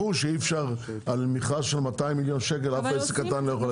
ברור שאי אפשר על מכרז של 200 מיליון שקל- -- ברור